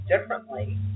differently